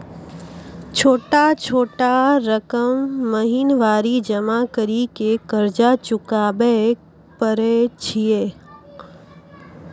छोटा छोटा रकम महीनवारी जमा करि के कर्जा चुकाबै परए छियै?